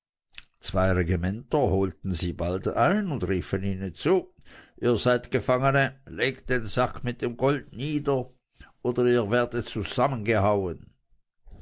zwei regimenter holten sie bald ein und riefen ihnen zu ihr seid gefangene legt den sack mit dem gold nieder oder ihr werdet zusammengehauen